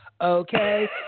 okay